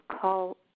call